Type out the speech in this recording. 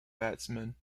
batsman